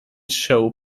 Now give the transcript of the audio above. show